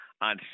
on